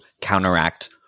counteract